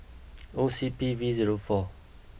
O C P V zero four